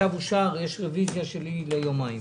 הצו אושר, יש רוויזיה שלי ליומיים.